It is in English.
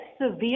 severe